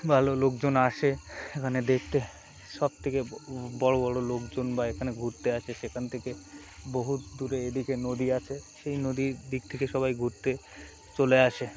ভালো লোকজন আসে এখানে দেখতে সবথেকে বড়ো বড়ো লোকজন বা এখানে ঘুরতে আসে সেখান থেকে বহু দূরে এদিকে নদী আছে সেই নদীর দিক থেকে সবাই ঘুরতে চলে আসে